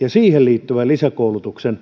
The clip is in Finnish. ja siihen liittyvän lisäkoulutuksen